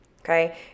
okay